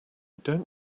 don’t